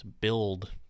build